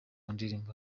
ndirimbo